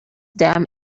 damn